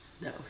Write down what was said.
no